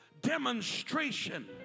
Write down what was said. demonstration